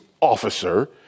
officer